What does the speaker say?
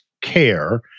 care